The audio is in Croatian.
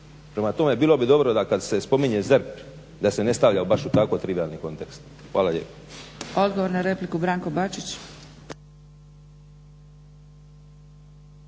Prema tome, bilo bi dobro da kad se spominje ZERP da se ne stavlja u baš tako trivijalni kontekst. Hvala lijepo.